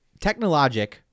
Technologic